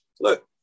look